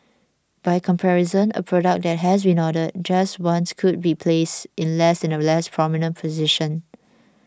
by comparison a product that has been ordered just once would be placed in a less prominent position